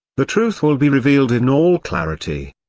the truth will be revealed in all clarity.